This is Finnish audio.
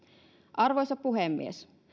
arvoisa puhemies